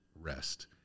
rest